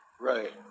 Right